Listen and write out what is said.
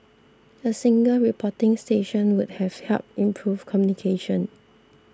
a single reporting station would have helped improve communication